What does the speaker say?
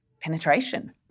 penetration